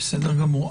בסדר גמור.